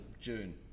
June